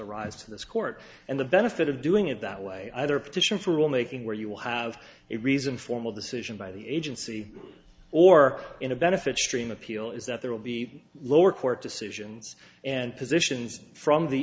to this court and the benefit of doing it that way either petition for rule making where you will have a reason formal decision by the agency or in a benefits stream appeal is that there will be lower court decisions and positions from the